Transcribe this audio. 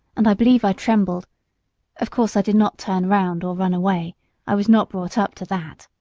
and i believe i trembled of course i did not turn round or run away i was not brought up to that.